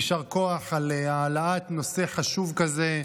יישר כוח על העלאת נושא חשוב כזה.